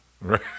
Right